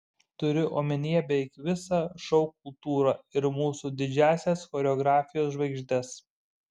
turiu omenyje beveik visą šou kultūrą ir mūsų didžiąsias choreografijos žvaigždes